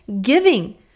giving